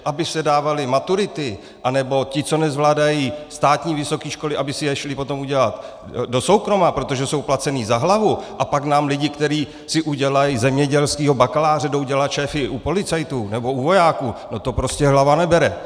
Aby se dávaly maturity, nebo ti, co nezvládají státní vysoké školy, aby si je šli potom udělat do soukroma, protože jsou placeni za hlavu, a pak nám lidi, kteří si udělají zemědělského bakaláře, jdou dělat šéfy u policajtů nebo u vojáků, to prostě hlava nebere.